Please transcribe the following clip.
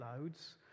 loads